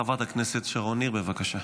חברת הכנסת שרון ניר, בבקשה.